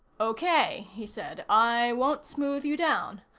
okay, he said. i won't smooth you down.